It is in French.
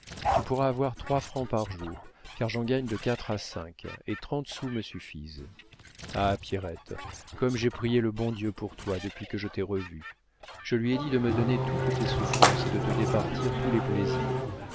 tu pourras avoir trois francs par jour car j'en gagne de quatre à cinq et trente sous me suffisent ah pierrette comme j'ai prié le bon dieu pour toi depuis que je t'ai revue je lui ai dit de me donner toutes tes souffrances et de te départir tous les plaisirs